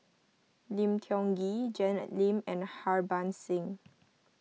Lim Tiong Ghee Janet Lim and Harbans Singh